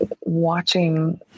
watching